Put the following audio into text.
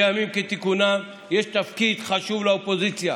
בימים כתיקונם יש תפקיד חשוב לאופוזיציה